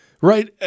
Right